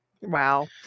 Wow